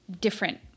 different